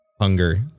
hunger